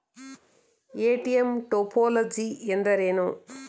ATM topology ಎಂದರೇನು?